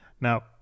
Now